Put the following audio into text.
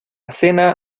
cena